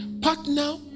partner